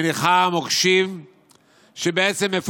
מניחה מוקשים שמפוצצים